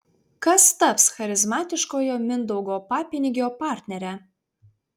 kas taps charizmatiškojo mindaugo papinigio partnere